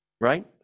right